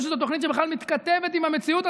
שזאת תוכנית שבכלל מתכתבת עם המציאות,